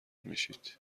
میشید